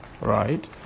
Right